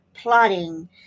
plotting